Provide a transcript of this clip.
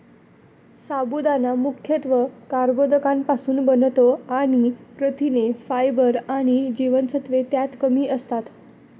साबुदाणा मुख्यत्वे कर्बोदकांपासुन बनतो आणि प्रथिने, फायबर आणि जीवनसत्त्वे त्यात कमी असतात